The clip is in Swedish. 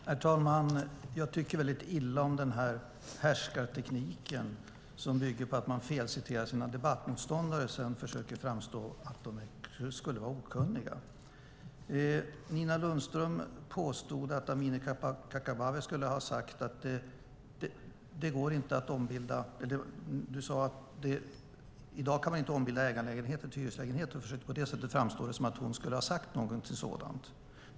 Herr talman! Jag tycker väldigt illa om den härskarteknik som bygger på att man felciterar sina debattmotståndare och vill få dem att framstå som okunniga. Nina Lundström sade att man i dag inte kan ombilda ägarlägenheter till hyreslägenheter och försökte få det att framstå som att Amineh Kakabaveh skulle ha sagt något sådant.